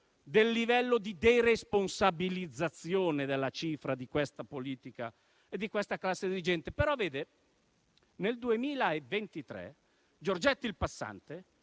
del livello di deresponsabilizzazione della cifra di questa politica e di questa classe dirigente. Nel 2023 Giorgetti il passante